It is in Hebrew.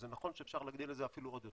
זה נכון שאפשר להגדיל את זה אפילו עוד יותר,